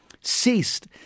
ceased